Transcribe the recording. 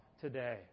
today